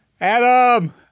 adam